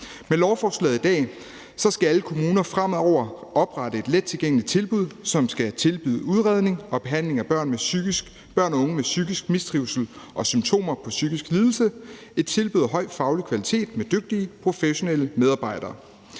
Med lovforslaget i dag skal alle kommuner fremover oprette et lettilgængeligt tilbud, som skal tilbyde udredning og behandling af børn og unge med psykisk mistrivsel og symptomer på psykisk lidelse – et tilbud af høj faglig kvalitet med dygtige, professionelle medarbejdere,